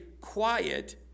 quiet